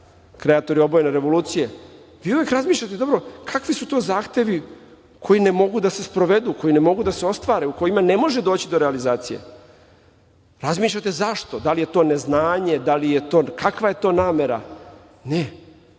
kreatori obojene revolucije, vi uvek razmišljate, dobro kakvi su to zahtevi koji ne mogu da se sprovedu, koji ne mogu da se ostvare, u kojima ne može doći do realizacije. Razmišljate zašto. Da li je to neznanje, kakva je to namera? Ne, oni